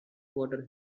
water